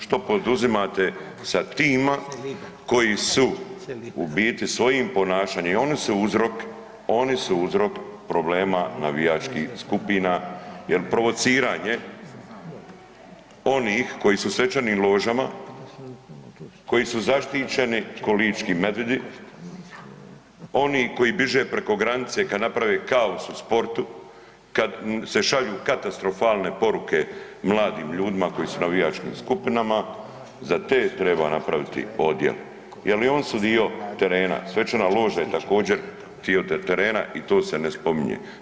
Što poduzimate sa tima koji su u biti svojim ponašanjem i oni su uzrok, oni su uzrok problema navijačkih skupina jer provociranje onih koji su u svečanim ložama, koji su zaštićeni ko lički medvjedi, oni koji bježe preko granice kad naprave kaos u sportu, kad se šalju katastrofalne poruke mladim ljudima koji su u navijačkim skupinama, za te treba napraviti odjel jer i oni su dio terena, svečana loža je također dio terena i to se ne spominje.